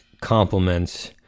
compliments